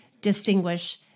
distinguish